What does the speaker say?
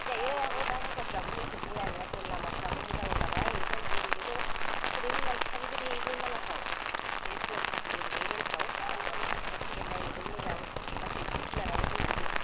फैजायो आब' दा जायगाफ्राबो एसे बया नङा लामाफ्राबो मोजां जाबाय आमफ्राय ओरैनोथ' फरेन्टनि मानसि थाफैबाय थायो बै मानासाव ओय फुये फाराथिंजाय ओरैहाय रेन्जआव दासान्दि नायनोबो मोजां गासै जिब जुनारानो दंजोबो